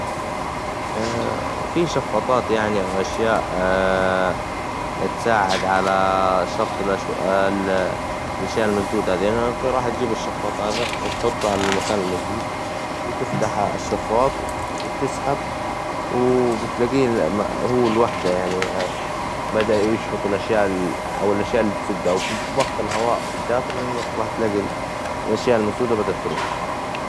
فى شفاطات يعنى أو أشياء تساعد على شفط ال - الأشياء المسدونة لينك ، راح تجيب الشفاط هذا وتحطه على المكان المسدود وتفتح الشفاط وتسحب ، وبتلاقيه هو لوحده يعنى بدأ يشفط الأشياء أو الأشياء اللى تسده يعنى ، ظخ الهواء فى الداخل إنك راح تلاقى الأشياء المسدودة بدأت تروح.